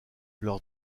leur